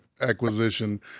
acquisition